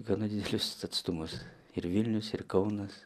gana didelius atstumus ir vilnius ir kaunas